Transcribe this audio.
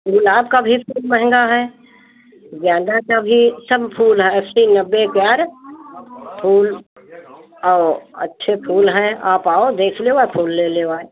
गुलाब का भी फूल महंगा है गेंदा का भी सब फूल हैं अस्सी नब्बे के और फूल और अच्छे फूल हैं आप आओ देख लेओ और फूल लय लेओ आय